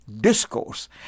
discourse